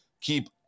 keep